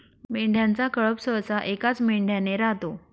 मेंढ्यांचा कळप सहसा एकाच मेंढ्याने राहतो